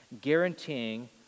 guaranteeing